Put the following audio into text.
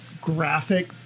graphic